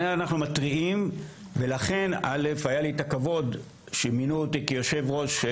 אנחנו מתריעים ולכן היה לי את הכבוד שמינו אותי כיושב-ראש.